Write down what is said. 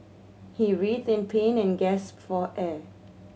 he writhed in pain and gasped for air